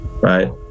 right